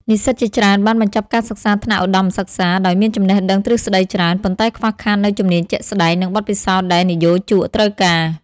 និស្សិតជាច្រើនបានបញ្ចប់ការសិក្សាថ្នាក់ឧត្តមសិក្សាដោយមានចំណេះដឹងទ្រឹស្តីច្រើន ប៉ុន្តែខ្វះខាតនូវជំនាញជាក់ស្តែង និងបទពិសោធន៍ដែលនិយោជកត្រូវការ។